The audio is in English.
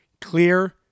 Clear